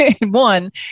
one